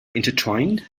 intertwined